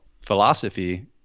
philosophy